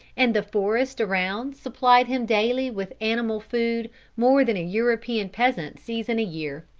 and the forest around supplied him daily with animal food more than a european peasant sees in a year.